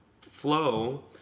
flow